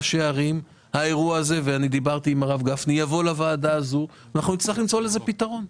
האירוע הזה יבוא לוועדה הזאת ונצטרך למצוא לו פתרון.